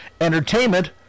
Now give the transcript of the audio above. entertainment